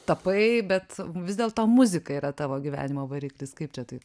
tapai bet vis dėlto muzika yra tavo gyvenimo variklis kaip čia taip